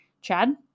Chad